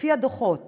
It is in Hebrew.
לפי הדוחות